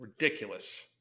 Ridiculous